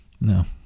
No